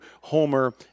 Homer